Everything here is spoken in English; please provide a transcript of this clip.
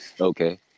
Okay